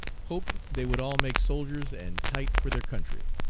hoped they would all make soldiers and tight for their country.